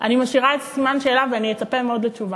אני משאירה את סימן השאלה, ואני אצפה מאוד לתשובה.